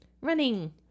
Running